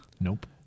Nope